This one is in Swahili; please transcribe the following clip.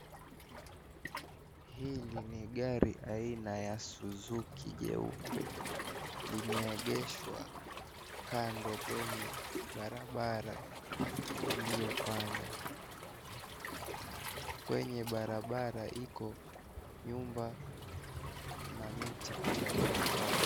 Hili ni gari aina ya Suzuki jeupe. Limeegeshwa kando kwenye barabara iliyopana. Kwenye barabara iko nyumba na miti pia imepandwa.